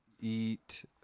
eat